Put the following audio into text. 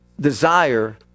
desire